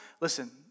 Listen